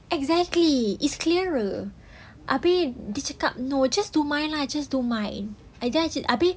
exactly it's clearer abeh no just do mine lah just do mine and then I said abeh